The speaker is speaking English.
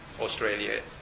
Australia